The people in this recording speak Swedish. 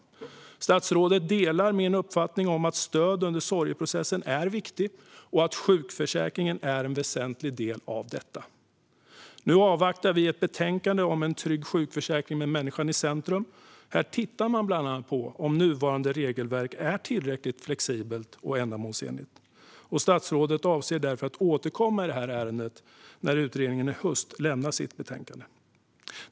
Statsrådet delar min uppfattning om att stöd under sorgeprocessen är viktigt och att sjukförsäkringen är en väsentlig del av detta. Nu avvaktar vi ett betänkande om en trygg sjukförsäkring med människan i centrum. Här tittar man bland annat på om nuvarande regelverk är tillräckligt flexibelt och ändamålsenligt. Statsrådet avser därför att återkomma i det här ärendet när utredningen i höst lämnat sitt betänkande.